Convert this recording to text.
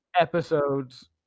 episodes